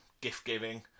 gift-giving